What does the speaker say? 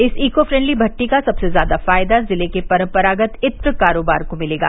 इस eco friendly भट्ठी का सबसे ज़्यादा फायदा ज़िले के परम्परागत इत्र कारोबार को मिलेगा